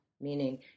meaning